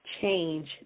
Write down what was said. change